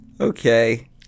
okay